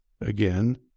again